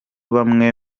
bamwe